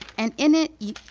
and in it,